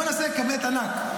בואו נעשה קבינט ענק,